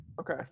Okay